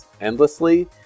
endlessly